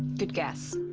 good guess.